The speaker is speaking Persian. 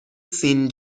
سین